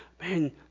man